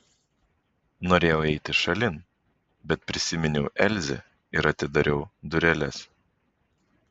norėjau eiti šalin bet prisiminiau elzę ir atidariau dureles